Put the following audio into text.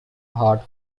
heart